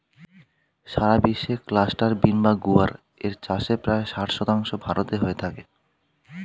সারা বিশ্বে cluster bean বা গুয়ার এর চাষের প্রায় ষাট শতাংশ ভারতে হয়ে থাকে